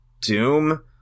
doom